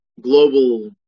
global